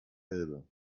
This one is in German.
elbe